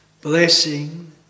blessing